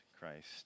Christ